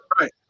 Right